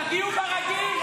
תגיעו ברגיל.